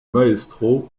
maestro